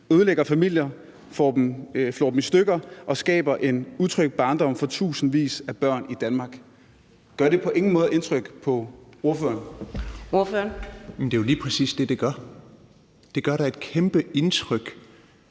ødelægger familier, flår dem i stykker og skaber en utryg barndom for tusindvis af børn i Danmark. Gør det på ingen måde indtryk på ordføreren? Kl. 15:06 Fjerde næstformand